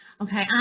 Okay